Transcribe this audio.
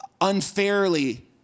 unfairly